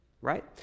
Right